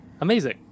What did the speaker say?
Amazing